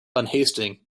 unhasting